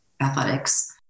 athletics